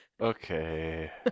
Okay